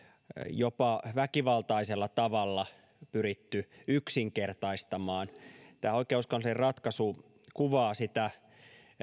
jopa väkivaltaisella tavalla pyritty yksinkertaistamaan tämä oikeuskanslerin ratkaisu kuvaa sitä